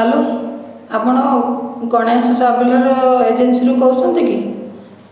hello ଆପଣ ଗଣେଶ ଟ୍ରାଭେଲର ଏଜେନ୍ସିରୁ କହୁଛନ୍ତି କି